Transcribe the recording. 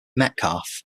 metcalf